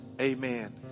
amen